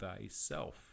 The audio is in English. thyself